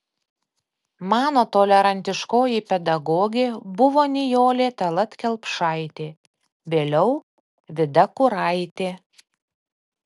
mano tolerantiškoji pedagogė buvo nijolė tallat kelpšaitė vėliau vida kuraitė